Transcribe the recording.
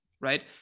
right